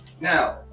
now